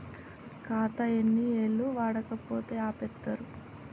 ఖాతా ఎన్ని ఏళ్లు వాడకపోతే ఆపేత్తరు?